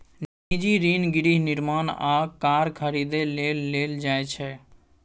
निजी ऋण गृह निर्माण आ कार खरीदै लेल लेल जाइ छै